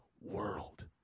world